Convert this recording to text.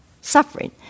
suffering